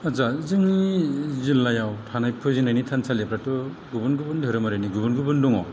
आत्सा जोंनि जिल्लायाव थानाय फुजिनायनि थानसालिफोराथ' गुबुन गुबुन धोरोमआरिनि गुबुन गुबुन दङ